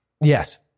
yes